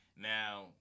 Now